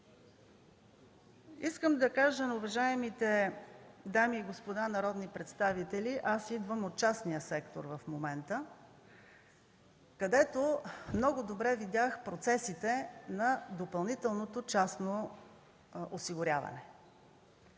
Искам да кажа на уважаемите дами и господа народни представители, че идвам от частния сектор, където много добре видях процесите на допълнителното частно осигуряване